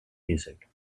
music